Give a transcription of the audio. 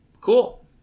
cool